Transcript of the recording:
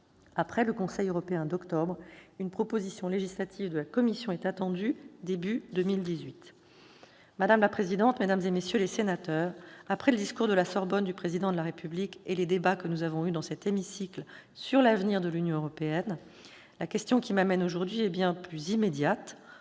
Après le Conseil européen d'octobre, une proposition législative de la Commission est attendue au début de 2018. Madame la présidente, mesdames, messieurs les sénateurs, après le discours de la Sorbonne du Président de la République et les débats que nous avons eus dans cet hémicycle sur l'avenir de l'Union européenne, la question qui m'amène aujourd'hui est bien plus immédiate